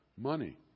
money